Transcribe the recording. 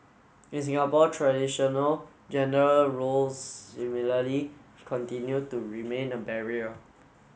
in Singapore traditional gender roles similarly continue to remain a barrier